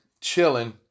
chilling